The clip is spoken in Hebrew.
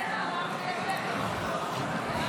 אני